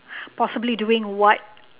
possibly doing what